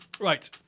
Right